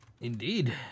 Indeed